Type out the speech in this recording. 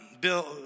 Bill